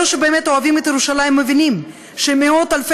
אלה שבאמת אוהבים את ירושלים מבינים שמאות אלפי